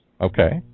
Okay